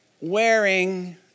wearing